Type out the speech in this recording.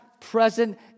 present